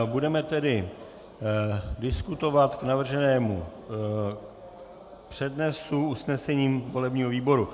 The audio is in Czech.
Budeme tedy diskutovat k navrženému přednesu usnesením volebního výboru.